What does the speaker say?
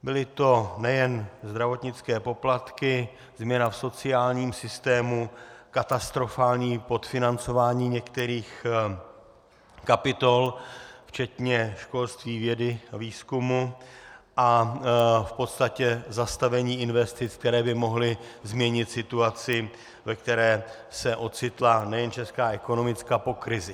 Byly to nejen zdravotnické poplatky, změna v sociálním systému, katastrofální podfinancování některých kapitol včetně školství, vědy, výzkumu a v podstatě zastavení investic, které by mohly změnit situaci, ve které se ocitla nejen česká ekonomika po krizi.